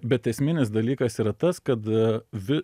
bet esminis dalykas yra tas kad vi